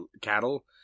cattle